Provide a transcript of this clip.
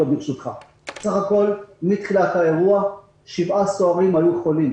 סך הכול מתחילת האירוע שבעה סוהרים היו חולים